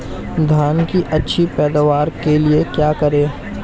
धान की अच्छी पैदावार के लिए क्या करें?